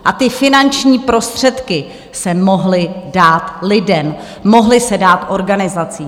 A ty finanční prostředky se mohly dát lidem, mohly se dát organizacím.